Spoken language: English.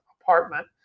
apartment